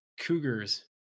cougars